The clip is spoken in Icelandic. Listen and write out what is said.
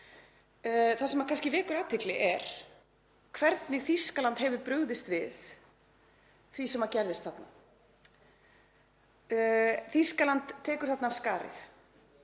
Það sem kannski vekur athygli er hvernig Þýskaland hefur brugðist við því sem gerðist þarna. Þýskaland tekur af skarið